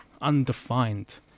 undefined